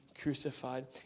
crucified